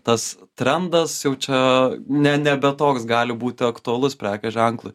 tas trendas jau čia ne nebe toks gali būti aktualus prekės ženklui